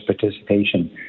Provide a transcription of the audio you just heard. participation